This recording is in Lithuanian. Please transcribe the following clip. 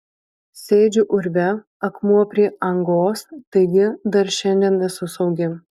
sėdžiu urve akmuo prie angos taigi dar šiandien esu saugi